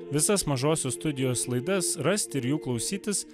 visas mažosios studijos laidas rasti ir jų klausytis